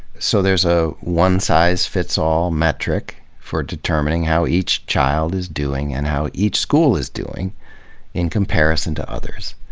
so there's a one-size-fits-all metric for determining how each child is doing and how each school is doing in comparison to others.